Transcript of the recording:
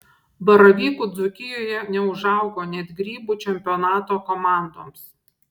baravykų dzūkijoje neužaugo net grybų čempionato komandoms